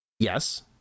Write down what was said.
Yes